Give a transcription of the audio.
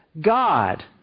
God